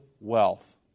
wealth